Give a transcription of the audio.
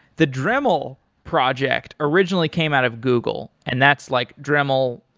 the dreaml project originally came out of google, and that's like dreaml.